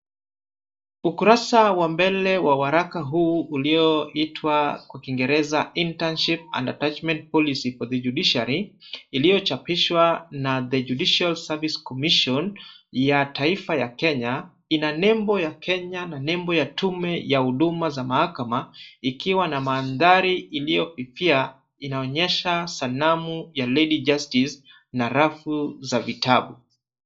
Ukurusa wa mbele wa waraka huu ulioitwa kwa kingereza, internship and attachment policy for the judiciary , iliyochapishwa na The Judicial Service Commission ya taifa ya Kenya, ina nembo ya Kenya na nembo ya tume ya huduma za mahakama. Ikiwa na mandhari iliyofifia, inaonyesha sanamu ya lady justice na rafu za vitabu.